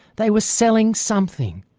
they were selling something,